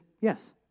yes